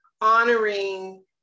honoring